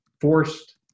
forced